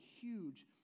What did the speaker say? huge